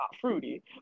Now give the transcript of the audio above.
fruity